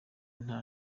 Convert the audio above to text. nta